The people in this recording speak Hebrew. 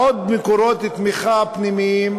עוד מקורות תמיכה פנימיים,